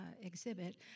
exhibit